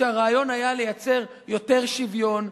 כשהרעיון היה לייצר יותר שוויון,